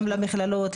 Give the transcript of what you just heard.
גם למכללות,